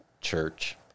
church